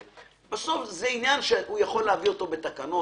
בסוף זה עניין שהוא יכול להביא בתקנות,